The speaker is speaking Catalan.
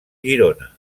girona